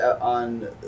on